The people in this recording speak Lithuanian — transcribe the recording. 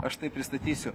aš tai pristatysiu